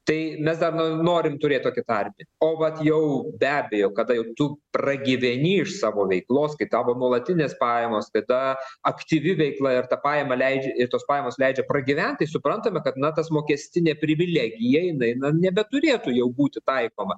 tai mes dar no norim turėti tokį tarpinį o vat jau be abejo kada jau tu pragyveni iš savo veiklos kai tavo nuolatinės pajamos kada aktyvi veikla ir ta pajama leidžia ir tos pajamos leidžia pragyventi tai suprantame kad na tas mokestinė privilegija jinai na nebeturėtų jau būti taikoma